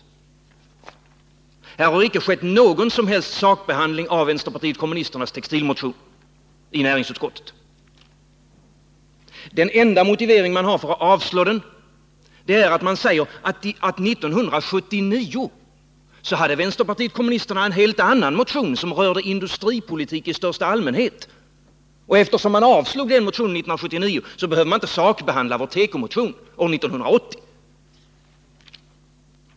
I näringsutskottet har icke skett någon som helst sakbehandling av vänsterpartiet kommunisternas textilmotion. Den enda motivering man har för att avstyrka den är att vänsterpartiet kommunisterna 1979 väckte en helt annan motion som rörde industripolitik i största allmänhet — eftersom riksdagen avslog den motionen, så behöver man inte sakbehandla vår tekomotion år 1980!